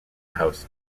house